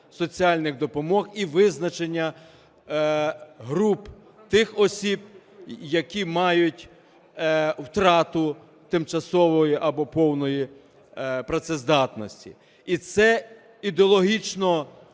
соціальних допомог і визначення груп тих осіб, які мають втрату тимчасової або повної працездатності, і це ідеологічно